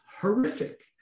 horrific